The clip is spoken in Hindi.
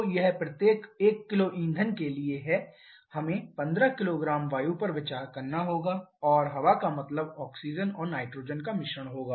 तो यह प्रत्येक 1 किलो ईंधन के लिए है हमें 15 किलोग्राम वायु पर विचार करना होगा और हवा का मतलब ऑक्सीजन और नाइट्रोजन का मिश्रण होगा